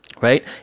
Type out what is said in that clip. right